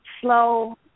slow